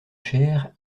chère